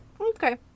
okay